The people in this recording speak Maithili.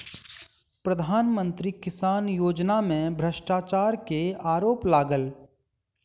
प्रधान मंत्री किसान योजना में भ्रष्टाचार के आरोप लागल